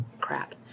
crap